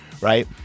right